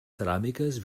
ceràmiques